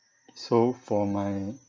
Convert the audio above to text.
so for my